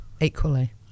equally